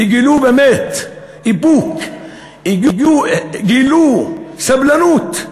וגילו באמת איפוק, גילו סבלנות,